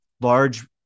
large